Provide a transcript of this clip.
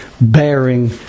bearing